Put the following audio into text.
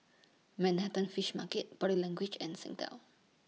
Manhattan Fish Market Body Language and Singtel